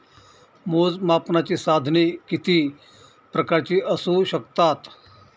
मोजमापनाची साधने किती प्रकारची असू शकतात?